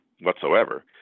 whatsoever